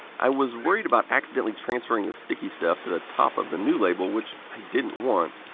i was worried about accidentally transferring the sticky stuff to the top of the new label, which i didn't want.